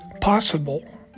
possible